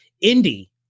Indy